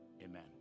amen